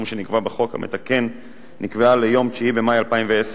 שנקבע בחוק המתקן נקבעה ליום 9 במאי 2010,